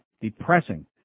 Depressing